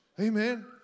Amen